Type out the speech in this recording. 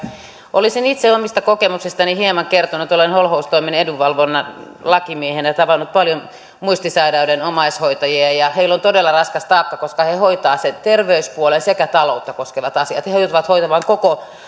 olisin itse omista kokemuksistani hieman kertonut olen holhoustoimen edunvalvonnan lakimiehenä tavannut paljon muistisairaiden omaishoitajia ja heillä on todella raskas taakka koska he hoitavat sen terveyspuolen sekä taloutta koskevat asiat ja he joutuvat hoitamaan koko